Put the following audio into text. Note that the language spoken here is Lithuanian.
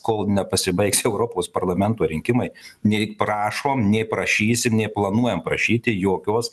kol nepasibaigs europos parlamento rinkimai nei prašom nei prašysim nei planuojam prašyti jokios